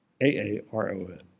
A-A-R-O-N